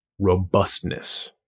Robustness